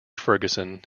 ferguson